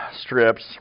strips